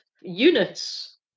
units